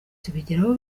tubigeraho